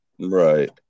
Right